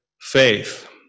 faith